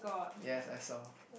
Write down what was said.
yes I saw